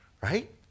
right